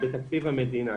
בתקציב המדינה.